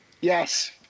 Yes